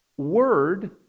word